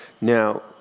now